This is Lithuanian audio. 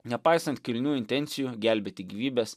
nepaisant kilnių intencijų gelbėti gyvybes